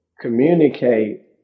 communicate